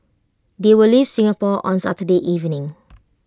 they will leave Singapore on Saturday evening